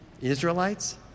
Israelites